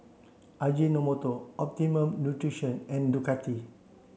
Ajinomoto Optimum Nutrition and Ducati